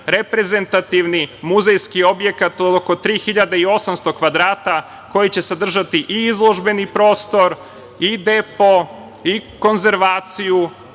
reprezentativni muzejski objekat od oko 3.800 kvadrata koji će sadržati i izložbeni prostor i depo i konzervaciju